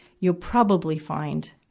you'll probably find,